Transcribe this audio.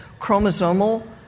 chromosomal